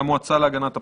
מהמועצה להגנת הפרטיות.